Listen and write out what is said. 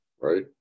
Right